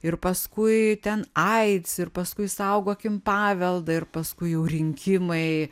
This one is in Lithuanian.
ir paskui ten aids ir paskui išsaugokim paveldą ir paskui jau rinkimai